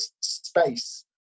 space